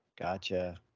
Gotcha